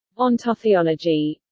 ontotheology